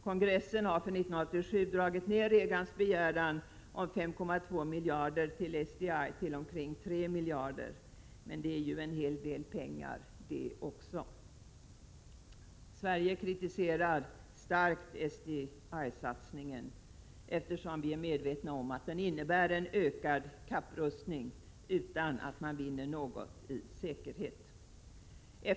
Kongressen har för 1987 dragit ner Reagans begäran om 5,2 miljarder till SDI till omkring 3 miljarder, men också det är ju en hel del pengar. Sverige kritiserar starkt SDI-satsningen, eftersom vi är medvetna om att den innebär en ökad kapprustning utan att man vinner något i säkerhet.